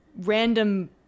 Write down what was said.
random